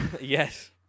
Yes